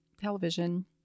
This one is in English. television